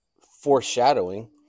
foreshadowing